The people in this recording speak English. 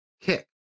kick